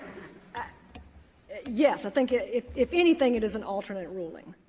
ah yes, i think it if if anything, it is an alternate ruling.